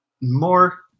more